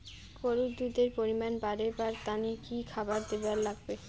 গরুর দুধ এর পরিমাণ বারেবার তানে কি খাবার দিবার লাগবে?